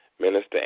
minister